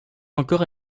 encore